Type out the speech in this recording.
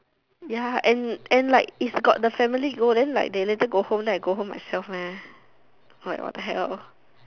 ya and and like if got the family go then like they later go home then I go home myself meh like what hell